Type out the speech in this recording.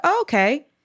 okay